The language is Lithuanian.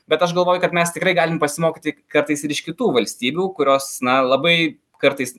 bet aš galvoju kad mes tikrai galim pasimokyti kartais ir iš kitų valstybių kurios na labai kartais